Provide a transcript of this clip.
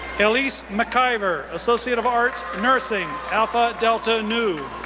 ellyse mckiver, associate of arts, nursing, alpha delta nu.